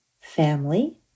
Family